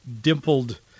dimpled